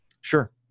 Sure